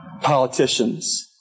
Politicians